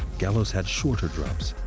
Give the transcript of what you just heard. gallows had shorter drops.